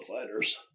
fighters